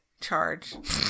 Charge